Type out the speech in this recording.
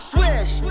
Swish